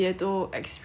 summer